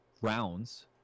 rounds